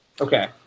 okay